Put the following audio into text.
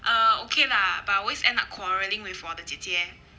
err okay lah but always end up quarrelling with 我的姐姐